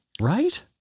Right